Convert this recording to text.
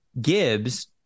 Gibbs